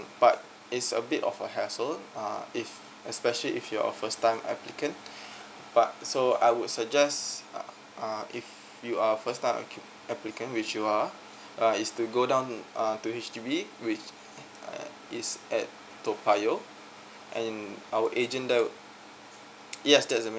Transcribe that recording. but it's a bit of a hassle uh if especially if you're first time applicant but so I would suggest uh uh if you are a first time appli~ applicant which you are uh is to go down uh to H_D_B which uh is at toa payoh and our agent there uh yes that's